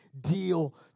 deal